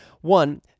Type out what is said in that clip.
One